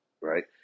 right